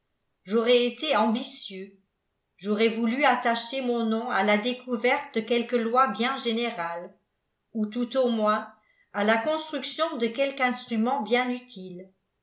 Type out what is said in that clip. j'aurais été ambitieux j'aurais voulu attacher mon nom à la découverte de quelque loi bien générale ou tout au moins à la construction de quelque instrument bien utile